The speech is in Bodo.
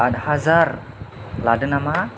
आद हाजार लादो नामा